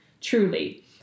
truly